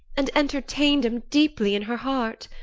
and entertain'd em deeply in her heart.